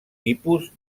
tipus